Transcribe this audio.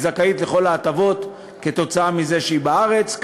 והיא זכאית לכל ההטבות כתוצאה מזה שהיא בארץ,